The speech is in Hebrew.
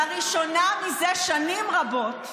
לראשונה זה שנים רבות,